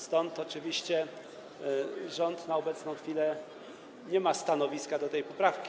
Stąd oczywiście rząd na obecną chwilę nie ma stanowiska co do tej poprawki.